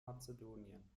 mazedonien